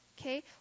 okay